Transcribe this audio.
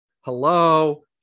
hello